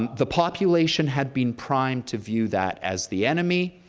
the population had been primed to view that as the enemy,